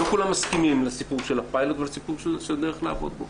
לא כולם מסכימים לסיפור של הפיילוט ולסיפור של דרך לעבוד בו.